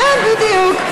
כן, בדיוק.